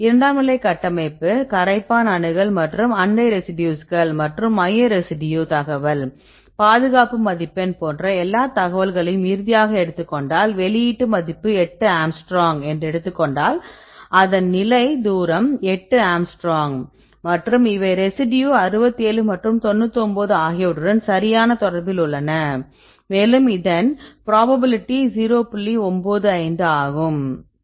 இரண்டாம் நிலை கட்டமைப்பு கரைப்பான் அணுகல் மற்றும் அண்டை ரெசிடியூஸ்கள் மற்றும் மைய ரெசிடியூ தகவல் பாதுகாப்பு மதிப்பெண் போன்ற எல்லா தகவல்களையும் இறுதியாக எடுத்துக்கொண்டால் வெளியீட்டு மதிப்பு 8 ஆங்ஸ்ட்ரோம் என்று எடுத்துக் கொண்டால் அதன் நிலை தூரம் 8 ஆங்ஸ்ட்ரோம் மற்றும் இவை ரெசிடியூ 67 மற்றும் 99 ஆகியவற்றுடன் சரியான தொடர்பில் உள்ளன மேலும் இதன் ப்ரோபபிளிட்டி 0